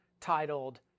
titled